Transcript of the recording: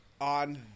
on